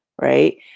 right